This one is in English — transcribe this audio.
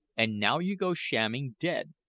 and now you go shamming dead!